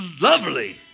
lovely